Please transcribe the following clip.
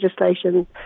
legislation